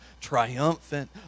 triumphant